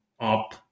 up